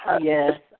Yes